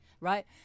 Right